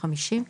2050,